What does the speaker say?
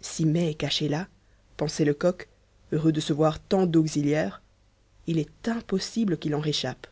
si mai est caché là pensait lecoq heureux de se voir tant d'auxiliaires il est impossible qu'il en réchappe